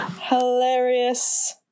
Hilarious